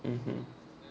mmhmm